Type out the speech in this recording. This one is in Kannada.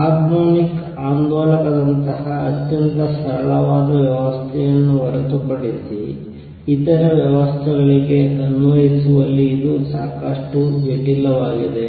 ಹಾರ್ಮೋನಿಕ್ ಆಂದೋಲಕದಂತಹ ಅತ್ಯಂತ ಸರಳವಾದ ವ್ಯವಸ್ಥೆಯನ್ನು ಹೊರತುಪಡಿಸಿ ಇತರ ವ್ಯವಸ್ಥೆಗಳಿಗೆ ಅನ್ವಯಿಸುವಲ್ಲಿ ಇದು ಸಾಕಷ್ಟು ಜಟಿಲವಾಗಿದೆ